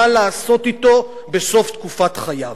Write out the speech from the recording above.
מה לעשות אתו בסוף תקופת חייו.